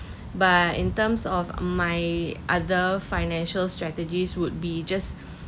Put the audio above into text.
but in terms of my other financial strategies would be just